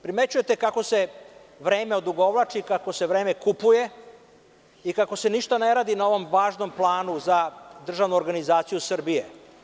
Primećujete kako se vreme odugovlači i kako se vreme kupuje i kako se ništa ne radi na ovom važnom planu za državnu organizaciju Srbije.